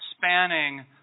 spanning